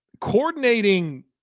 Coordinating